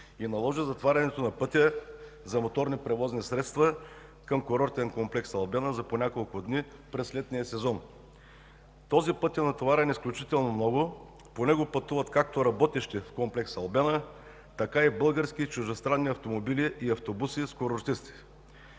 и наложи затварянето на пътя за моторни превозни средства към курортен комплекс „Албена” за по няколко дни през летния сезон. Този път е натоварен изключително много, по него пътуват както работещите в комплекс „Албена”, така и български и чуждестранни автомобили и автобуси с туристи.